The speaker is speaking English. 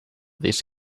this